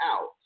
out